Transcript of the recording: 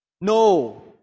No